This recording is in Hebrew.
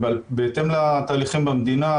ובהתאם לתהליכים במדינה,